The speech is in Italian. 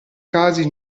casi